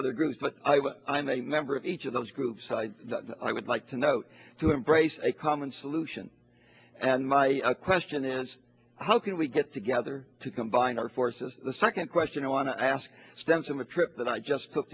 other groups but i'm a member of each of those groups i would like to note to embrace a common solution and my question is how can we get together to combine our forces the second question i want to ask stems from a trip that i just took